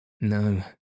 No